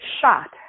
shot